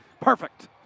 Perfect